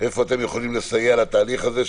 ואיפה אתם יכולים לסייע לתהליך הזה.